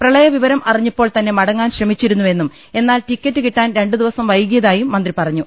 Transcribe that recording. പ്രളയ വിവരം അറിഞ്ഞപ്പോൾ തന്നെ മടങ്ങാൻ ശ്രമിച്ചിരുന്നു വെന്നും എന്നാൽ ടിക്കറ്റ് കിട്ടാൻ രണ്ട് ദിവസം വൈകി യതായും മന്ത്രി പറഞ്ഞു